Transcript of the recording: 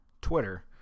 Twitter